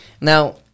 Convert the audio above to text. Now